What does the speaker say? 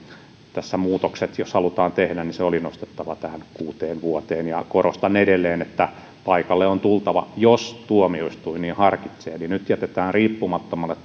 nämä muutokset haluttiin tehdä se oli nostettava tähän kuuteen vuoteen ja korostan edelleen että paikalle on tultava jos tuomioistuin niin harkitsee nyt jätetään riippumattomalle